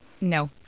No